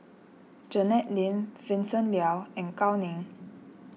Janet Lim Vincent Leow and Gao Ning